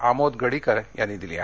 आमोद गडीकर यांनी दिली आहे